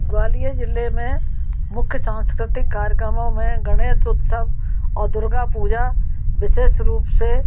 ग्वालियर जिले में मुख्य सांस्कृतिक कार्यक्रमों में गणेश उत्सव और दुर्गा पूजा विशेष रूप से